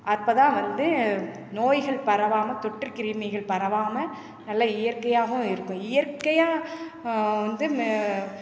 அப்போ தான் வந்து நோய்கள் பரவாமல் தொற்றுக் கிருமிகள் பரவாமல் நல்லா இயற்கையாகவும் இருக்கும் இயற்கையாக வந்து மே